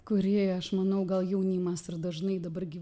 kuri aš manau gal jaunimas ir dažnai dabar gi